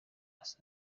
asa